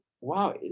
wow